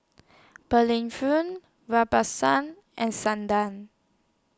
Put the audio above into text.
Berlin and Sundar